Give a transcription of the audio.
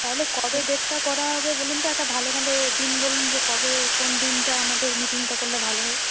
তাহলে কবে ডেটটা করা হবে বলুন তো একটা ভালো দিন বলুন যে কবে কোন দিনটা আমাদের মিটিংটা করলে ভালো হয়